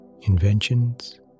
inventions